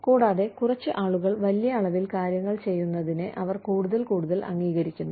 കൂടാതെ കുറച്ച് ആളുകൾ വലിയ അളവിൽ കാര്യങ്ങൾ ചെയ്യുന്നതിനെ അവർ കൂടുതൽ കൂടുതൽ അംഗീകരിക്കുന്നു